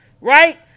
right